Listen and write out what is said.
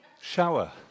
shower